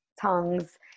tongues